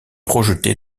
projeté